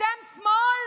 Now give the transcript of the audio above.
אתם שמאל?